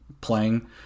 playing